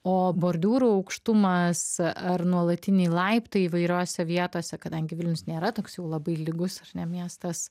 o bordiūrų aukštumas ar nuolatiniai laiptai įvairiose vietose kadangi vilnius nėra toks jau labai lygus ar ne miestas